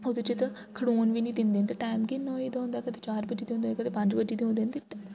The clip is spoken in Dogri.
ओह्दे च ते खड़ोन बी निं दिंदे ते टैम गै इ'न्ना होई दा होंदा ते कदें चार बज्जी दे होंदे कदें पंज बज्जी दे होंदे ते